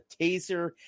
taser